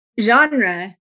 genre